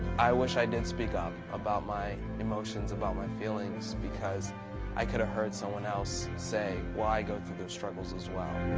i wish i did speak up about my emotions, about my feelings, because i could have heard someone else say, well, i go through those struggles as well.